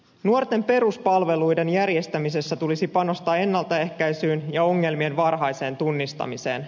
nuorten peruspalveluiden järjestämisessä tulisi panostaa ennaltaehkäisyyn ja ongelmien varhaiseen tunnistamiseen